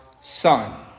son